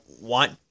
want